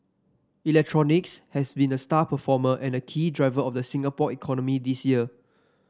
electronics has been a star performer and key driver of the Singapore economy this year